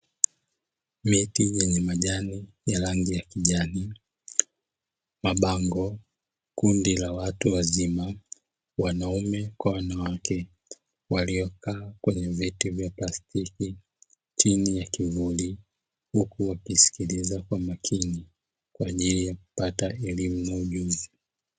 Miti yenye majani ya rangi ya kijani, mabango, kundi la watu wazima wanaume kwa wanawake, waliokaa kwenye viti vya plastiki chini ya kivuli, huku wakisikiliza kwa makini kwa ajili ya kupata elimu na ujuzi.